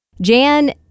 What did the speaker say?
Jan